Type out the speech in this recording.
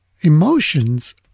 Emotions